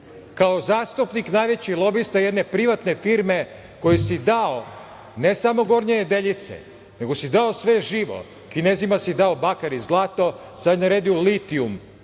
kao zastupnik, najveći lobista jedne privatne firme kojoj se dao ne samo Gornje Nedeljice, nego si dao sve živo. Kinezima se dao bakar i zlato, sad je na redu litijum